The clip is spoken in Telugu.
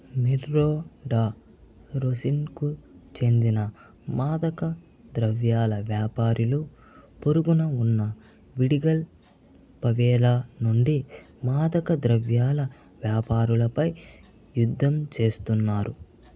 మొర్రో డా రోసిన్కు చెందిన మాదక ద్రవ్యాల వ్యాపారులు పొరుగున ఉన్న విడిగల్ ఫవేలా నుండి మాదక ద్రవ్యాల వ్యాపారులపై యుద్ధం చేస్తున్నారు